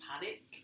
panic